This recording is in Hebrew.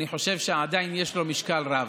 אני חושב שעדיין יש לו משקל רב.